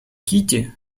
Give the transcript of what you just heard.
кити